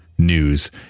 news